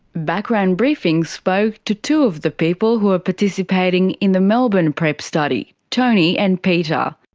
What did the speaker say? background briefing spoke to two of the people who are participating in the melbourne prep study, tony and peter.